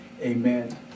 Amen